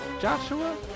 Joshua